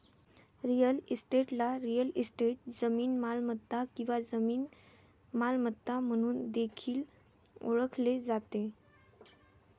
real इस्टेटला real estate, जमीन मालमत्ता किंवा जमीन मालमत्ता म्हणून देखील ओळखले जाते